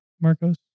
Marcos